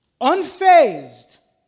unfazed